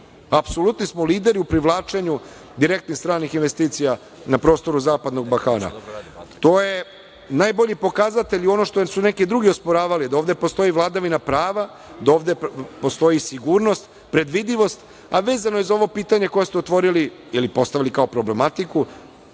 Apsolutni smo lideri u privlačenju direktnih stranih investicija na prostoru zapadnog Balkana. To je najbolji pokazatelj, ono što su neki drugi osporavali, da ovde postoji vladavina prava, da ovde postoji sigurnost, predvidivost, a vezano je za ovo pitanje koje ste otvorili, ili postavili kao problematiku,